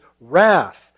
wrath